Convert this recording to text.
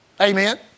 Amen